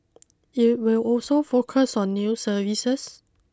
it will also focus on new services